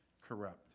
corrupt